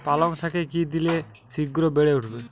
পালং শাকে কি দিলে শিঘ্র বেড়ে উঠবে?